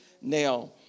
Now